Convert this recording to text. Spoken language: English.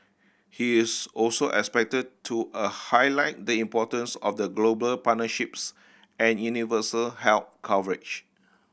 he is also expected to a highlight the importance of global partnerships and universal health coverage